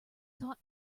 thought